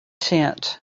tent